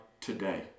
today